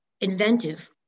inventive